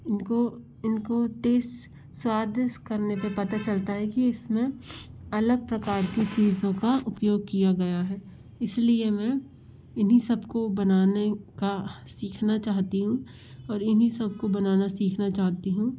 इनको इनको टेस स्वादिष्ट करने पर पता चलता है कि इस में अलग प्रकार की चीज़ों का उपयोग किया गया है इस लिए मैं इन्हीं सब को बनाने का सीखाना चाहती हूँ और इन्हीं सब को बनाना सीखाना चाहती हूँ